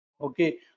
Okay